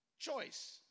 choice